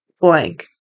blank